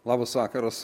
labas vakaras